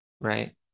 right